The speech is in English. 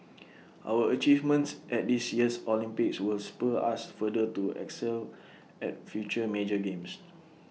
our achievements at this year's Olympics will spur us further to excel at future major games